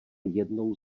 jednou